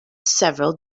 several